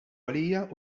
għalija